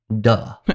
duh